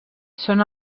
són